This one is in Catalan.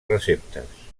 receptes